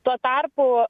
tuo tarpu